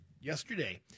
yesterday